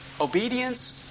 obedience